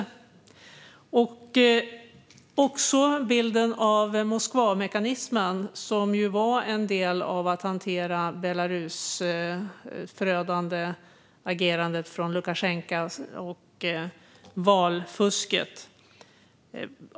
Jag är också nyfiken på bilden av Moskvamekanismen, som var en del av att hantera Lukasjenkos förödande agerande i Belarus och valfusket.